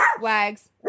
Wags